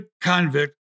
convict